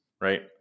Right